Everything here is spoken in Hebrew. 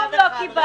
כלום לא קיבלת.